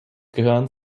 gehören